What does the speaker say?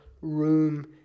room